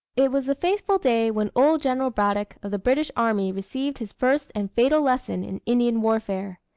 it was the fateful day when old general braddock of the british army received his first and fatal lesson in indian warfare.